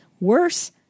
Worse